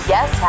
Yes